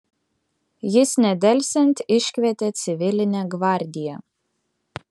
jis nedelsiant iškvietė civilinę gvardiją